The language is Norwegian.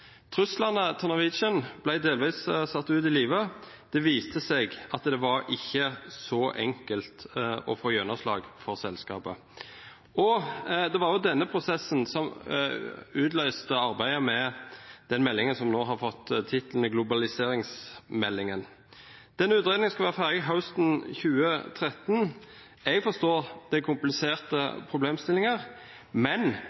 Truslene fra Norwegian ble delvis satt ut i livet; det viste seg at det var ikke så enkelt å få gjennomslag for selskapet. Det var denne prosessen som utløste arbeidet med den meldingen som nå har fått tittelen globaliseringsmeldingen. Denne utredningen skulle vært ferdig høsten 2013. Jeg forstår at det er kompliserte problemstillinger, men